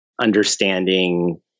understanding